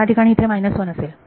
याठिकाणी या इथे मायनस वनअसेल